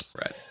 Right